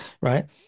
right